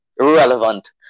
relevant